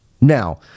Now